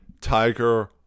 Tiger